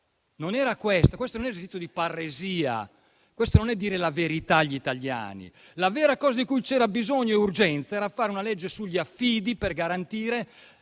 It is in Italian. alla retorica; questo non è un esercizio di parresia, non è dire la verità agli italiani. La vera cosa di cui c'era bisogno e urgenza era fare una legge sugli affidi per garantire